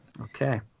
Okay